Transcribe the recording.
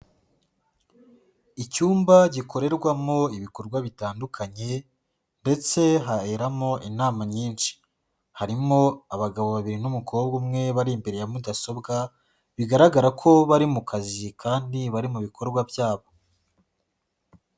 Icyumba gikorerwamo ibikorwa bitandukanye ndetse haberamo inama nyinshi, harimo abagabo babiri n'umukobwa umwe bari imbere ya mudasobwa, bigaragara ko bari mu kazi kandi bari mu bikorwa byabo.